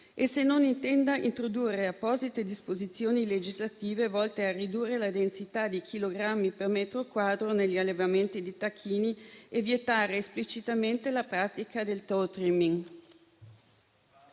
e se non intenda introdurre apposite disposizioni legislative volte a ridurre la densità di chilogrammi per metro quadrato negli allevamenti di tacchini e vietare esplicitamente la pratica del *toe trimming.*